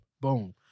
Boom